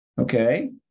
Okay